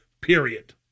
period